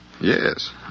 Yes